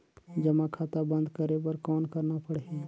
जमा खाता बंद करे बर कौन करना पड़ही?